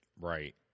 Right